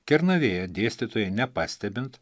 kernavėje dėstytojai nepastebint